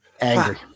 angry